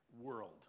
world